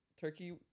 Turkey